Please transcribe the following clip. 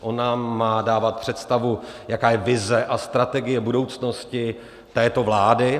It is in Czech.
On nám má dávat představu, jaká je vize a strategie budoucnosti této vlády.